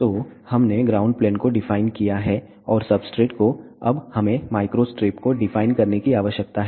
तो हमने ground plane को डिफाइन किया है और सब्सट्रेट को अब हमें माइक्रोस्ट्रिप को डिफाइन करने की आवश्यकता है